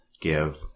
give